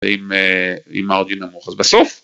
‫אם האודיו נמוך, אז בסוף.